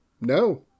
No